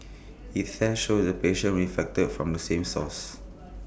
IT fact showed the patients were infected from the same source